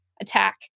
attack